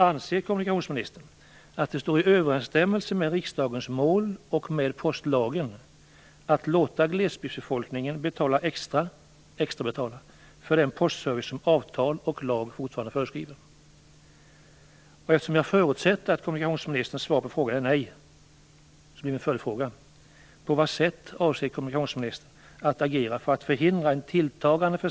Anser kommunikationsministern att det står i överensstämmelse med riksdagens mål och med postlagen att låta glesbygdsbefolkningen betala extra för den postservice som avtal och lag fortfarande föreskriver?